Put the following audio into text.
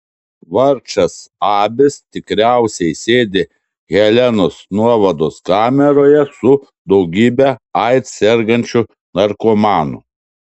vargšas abis tikriausiai sėdi helenos nuovados kameroje su daugybe aids sergančių narkomanų